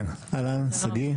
שגיא,